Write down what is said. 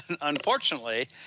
unfortunately